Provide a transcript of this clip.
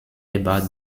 about